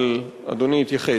אבל אדוני יתייחס.